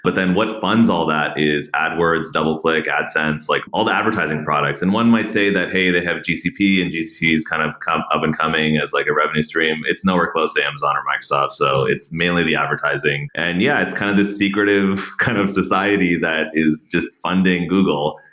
but then what funds all that is adwords, double-click, ad sense, like all the advertising products and one might say that hey, they have gcp and gcp is kind of kind of up-and-coming as like a revenue stream. it's nowhere close to amazon or microsoft, so it's mainly the advertising. and yeah, it's kind of the secretive kind of society that is just funding google.